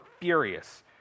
furious